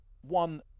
one